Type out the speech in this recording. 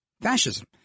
fascism